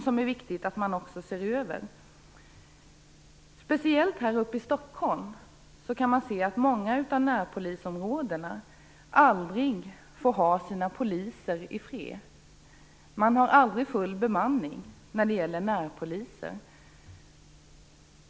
Det är viktigt att man ser över detta. Speciellt här i Stockholm kan man se att många av närpolisområdena aldrig får ha sina poliser i fred. Man har aldrig full bemanning. Varför har man inte det?